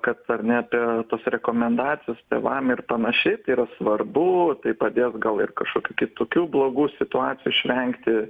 kad ar ne apie tos rekomendacijos tėvam ir panašiai tai yra svarbu tai padės gal ir kažkokių kitokių blogų situacijų išvengti